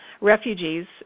refugees